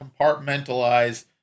compartmentalize